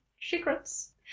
Secrets